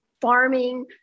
farming